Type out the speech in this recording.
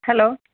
hello